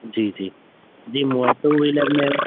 जी जी जी मूं वटि टू व्हीलर में